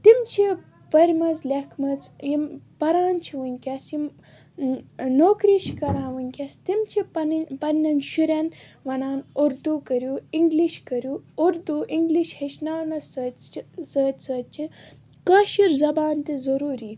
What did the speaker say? تِم چھِ پٔرمَژ لیٚکھ مَژ یِم پران چھِ وٕنٛکٮ۪س یِم نوکری چھِ کران وٕنٛکٮ۪س تِم چھِ پَنٕنۍ پَننیٚن شُریٚن وَنان اُردو کٔرِو اِنٛگلِش کٔرِو اُردو اِنٛگلش ہیٚچھناونَس سۭتۍ چھِ سۭتۍ سۭتۍ چھِ کٲشِر زبان تہِ ضُروٗری